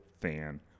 fan